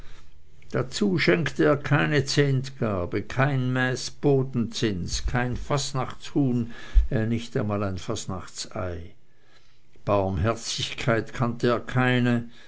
dazu schenkte er keine zehntgarbe kein mäß bodenzins kein fasnachthuhn ja nicht einmal ein fasnachtei barmherzigkeit kannte er keine